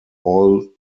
all